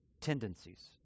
tendencies